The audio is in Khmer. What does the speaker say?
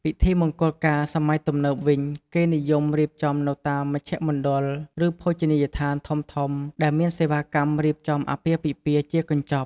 ពិធីមង្គលការសម័យទំនើបវិញ គេនិយមរៀបចំនៅតាមមជ្ឈមណ្ឌល ឬភោជនីយដ្ឋានធំៗ ដែលមានសេវាកម្មរៀបចំអាពាហ៍ពិពាហ៍ជាកញ្ចប់។